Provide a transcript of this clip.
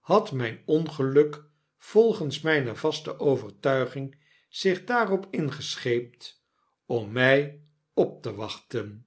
had myn ongeluk volgens myne vaste overtuiging zich daarop ingescheept om mij op te wachten